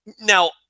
Now